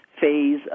phase